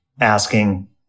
asking